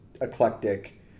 eclectic